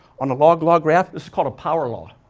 on the log law graph, this is called a power law,